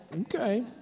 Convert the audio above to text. Okay